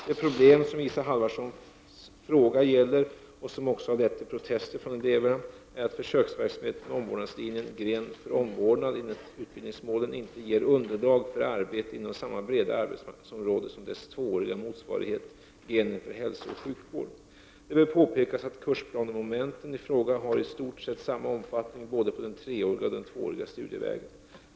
Det problem som Isa Halvarssons fråga gäller och som också lett till protester från eleverna är att försöksverksamheten med omvårdnadslinjen, gren för omvårdnad enligt utbildningsmålen, inte ger underlag för arbete inom samma breda arbetsmarknadsområde som dess tvååriga motsvarighet, grenen för hälsooch sjukvård. Det bör påpekas att kursplanemomenten i fråga har i stort sett samma omfattning på både den treåriga och den tvååriga studievägen.